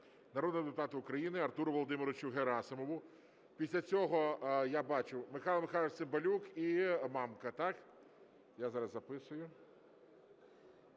народному депутату України Артуру Володимировичу Герасимову. Після цього, я бачу, Михайло Михайлович Цимбалюк і Мамка, так? Я зараз записую.